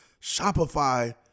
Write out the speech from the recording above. Shopify